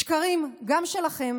שקרים גם שלכם.